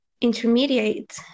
intermediate